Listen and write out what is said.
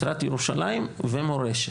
משרד ירושלים ומורשת.